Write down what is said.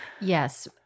Yes